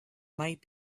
might